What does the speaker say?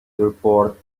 report